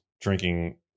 drinking